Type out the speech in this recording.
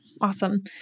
awesome